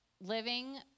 Living